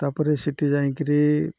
ତାପରେ ସେଠି ଯାଇକରି